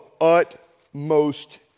utmost